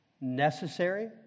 necessary